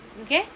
okay